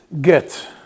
get